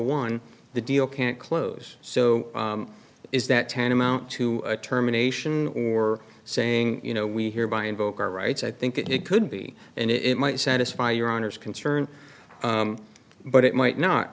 one the deal can't close so is that tantamount to a terminations or saying you know we hear by invoke our rights i think it could be and it might satisfy your honour's concern but it might not